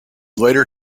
later